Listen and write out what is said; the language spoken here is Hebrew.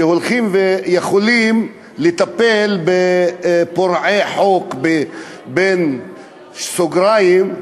שהולכים ויכולים לטפל ב"פורעי חוק" או במפגינים.